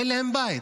אין להם בית.